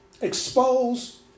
expose